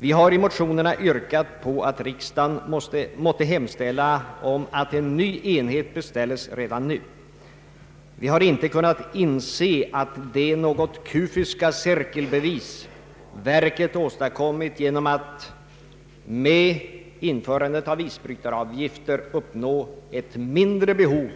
Vi har i motionerna yrkat att riksdagen måtte hemställa om att en ny enhet beställs redan nu. Vi har inte kunnat inse att det något kufiska cirkelbevis sjöfartsverket åstadkommit, detta att med införande av isbrytaravgifter ett mindre behov